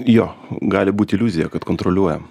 jo gali būt iliuzija kad kontroliuojam